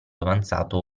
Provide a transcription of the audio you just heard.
avanzato